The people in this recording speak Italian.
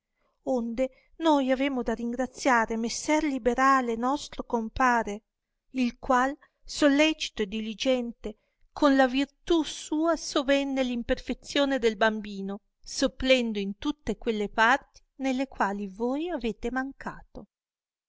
onde noi avemo da ringraziare messer liberale nostro compare il qual sollecito e diligente con la virtù sua sovenne all imperfezione del bambino sopplendo in tutte quelle parti nelle quali voi avete mancato